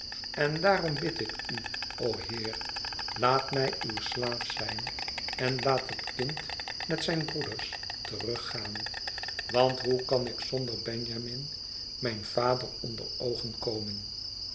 en daarom bid ik u o heer laat mij uw slaaf zijn en laat het kind met zijn broeders teruggaan want hoe kan ik zonder benjamin mijn vader onder oogen komen